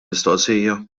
mistoqsija